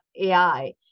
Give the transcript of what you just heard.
AI